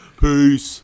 Peace